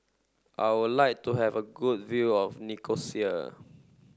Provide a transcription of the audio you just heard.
I would like to have a good view of Nicosia